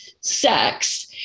sex